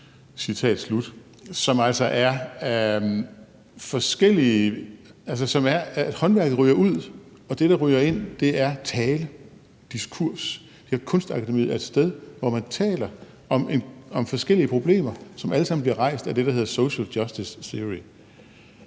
slut. Håndværket ryger altså ud, og det, der ryger ind, er tale, diskurs, Kunstakademiet er altså et sted, hvor man taler om forskellige problemer, som alle sammen bliver rejst af det, der hedder social justice theory.